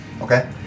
Okay